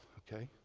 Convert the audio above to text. ok.